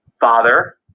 father